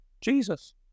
jesus